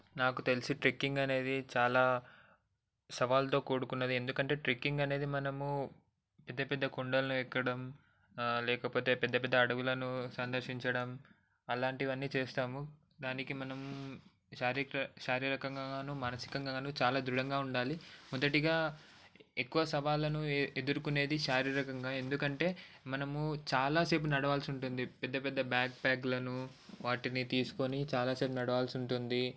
నాకు తెలిసి ట్రెక్కింగ్ అనేది చాలా సవాల్తో కూడుకున్నది ఎందుకంటే ట్రెక్కింగ్ అనేది మనము పెద్దపెద్ద కొండలను ఎక్కడం లేకపోతే పెద్దపెద్ద అడవులను సందర్శించడం అలాంటివన్నీ చేస్తాము దానికి మనం శారీ శారీరకంగానూ మానసికంగానూ చాలా దృఢంగా ఉండాలి మొదటిగా ఎక్కువ సవాలను ఎదుర్కొనేది శారీరకంగా ఎందుకంటే మనము చాలాసేపు నడవాల్సి ఉంటుంది పెద్ద పెద్ద బ్యాక్ ప్యాక్లను వాటిని తీసుకొని చాలాసేపు నడవాల్సి ఉంటుంది